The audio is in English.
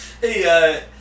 Hey